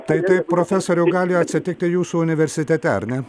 tai taip profesoriau gali atsitikti ir jūsų universitete ar ne